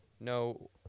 No